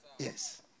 Yes